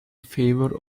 favor